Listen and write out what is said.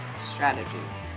strategies